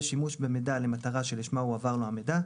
שימוש במידע למטרה שלשמה הועבר לו המידע,